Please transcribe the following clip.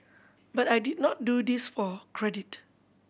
but I did not do this for credit